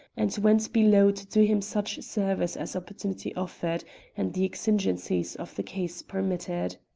and went below to do him such service as opportunity offered and the exigencies of the case permitted.